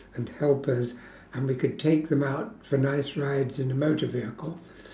and help us and we could take them out for nice rides in a motor vehicle